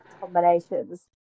combinations